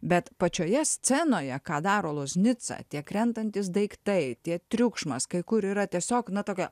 bet pačioje scenoje ką daro loznica tie krentantys daiktai tie triukšmas kai kur yra tiesiog na tokia